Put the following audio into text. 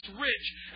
rich